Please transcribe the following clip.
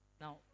Now